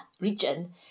region